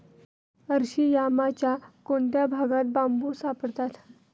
अरशियामाच्या कोणत्या भागात बांबू सापडतात?